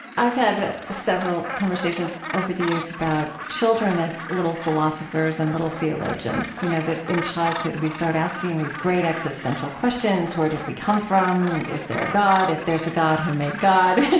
i've had several conversations over the years about children as little philosophers and little theologians, you know, that in childhood, we start asking these great existential questions where did we come from? is there a god? if there's a god, who made god?